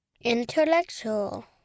intellectual